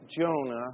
Jonah